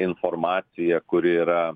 informacija kuri yra